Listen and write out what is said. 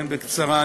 כן, בקצרה.